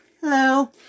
Hello